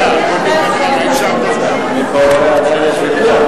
אני רואה שעדיין יש ויכוח.